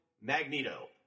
Magneto